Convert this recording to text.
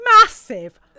massive